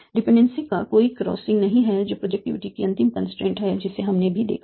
dependency का कोई crossing नहीं है जो कि प्रोजक्टिविटी की अंतिम कंस्ट्रेंट है जिसे हमने भी देखा था